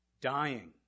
dying